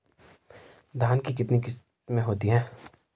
धान की कितनी किस्में होती हैं?